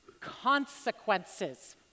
consequences